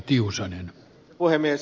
arvoisa puhemies